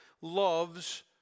loves